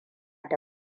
da